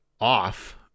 off